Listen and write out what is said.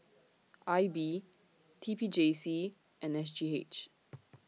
I B T P J C and S G H